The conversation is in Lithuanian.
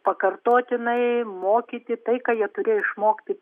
pakartotinai mokyti tai ką jie turėjo išmokti